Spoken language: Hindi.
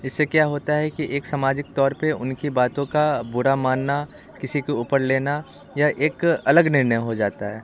इससे क्या होता है कि एक समाजिक तौर पे उनकी बातों का बुरा मानना किसी के ऊपर लेना या एक अलग निर्णय हो जाता है